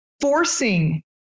forcing